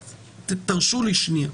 תרשו לי שנייה.